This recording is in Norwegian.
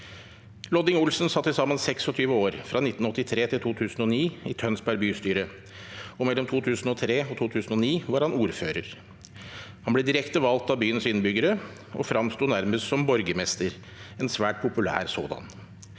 Lodding Olsen satt til sammen 26 år – fra 1983 til 2009 – i Tønsberg bystyre, og mellom 2003 og 2009 var han ordfører. Han ble direkte valgt av byens innbyggere og fremsto nærmest som borgermester – en svært populær sådan.